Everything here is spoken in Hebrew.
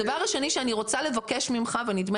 הדבר השני שאני רוצה לבקש ממך ונדמה